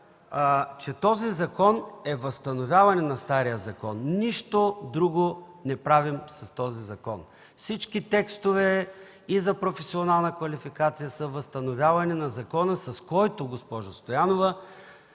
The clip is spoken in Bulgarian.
че този закон е възстановяване на стария. С него не правим нищо друго. Всички текстове – и за професионална квалификация, са възстановяване на закона, с който, госпожо Стоянова,